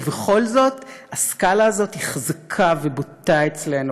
ובכל זאת הסקאלה הזאת היא חזקה ובוטה אצלנו,